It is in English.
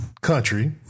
country